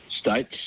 states